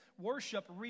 worship